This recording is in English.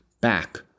back